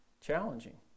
challenging